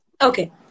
Okay